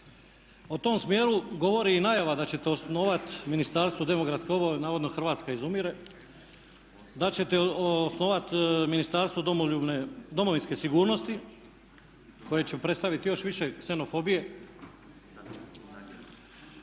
O tom smjeru govori i najava da ćete osnovati Ministarstvo demografske obnove, navodno Hrvatska izumire. Da ćete osnovati Ministarstvo domovinske sigurnosti koje će predstaviti još više ksenofobije.